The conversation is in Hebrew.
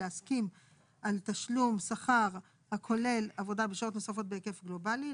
להסכים על תשלום שכר הכולל עבודה בשעות נוספות בהיקף גלובלי,